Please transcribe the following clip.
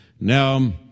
Now